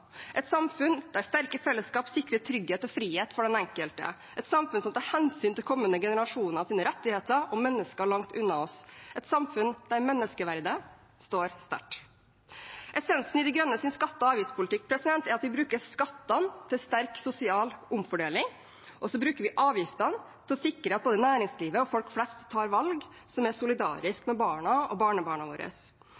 et samfunn der sterke fellesskap sikrer trygghet og frihet for den enkelte, et samfunn som tar hensyn til kommende generasjoners rettigheter og mennesker langt unna oss, et samfunn der menneskeverdet står sterkt. Essensen i Miljøpartiet De Grønnes skatte- og avgiftspolitikk er at vi bruker skattene til en sterk sosial omfordeling og avgiftene til å sikre at både næringslivet og folk flest tar valg som er